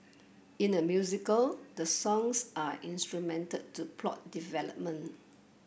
in a musical the songs are instrumental to plot development